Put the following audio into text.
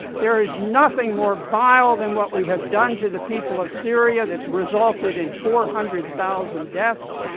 there is nothing more vile than what we have done to the people of syria that's resulted in four hundred thousand deaths,